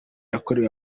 yakorewe